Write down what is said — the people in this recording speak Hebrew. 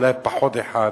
אולי פחות אחד,